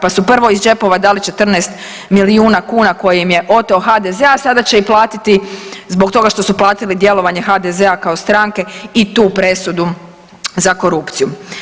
Pa su prvo ih džepova dali 14 miliona kuna koje im je oteo HDZ, a sada će i platiti zbog toga što su platili djelovanje HDZ-a kao stranke i tu presudu za korupciju.